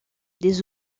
des